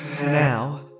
Now